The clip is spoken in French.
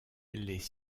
les